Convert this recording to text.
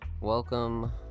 Welcome